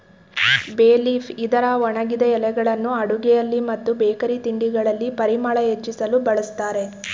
ಬೇ ಲೀಫ್ ಇದರ ಒಣಗಿದ ಎಲೆಗಳನ್ನು ಅಡುಗೆಯಲ್ಲಿ ಮತ್ತು ಬೇಕರಿ ತಿಂಡಿಗಳಲ್ಲಿ ಪರಿಮಳ ಹೆಚ್ಚಿಸಲು ಬಳ್ಸತ್ತರೆ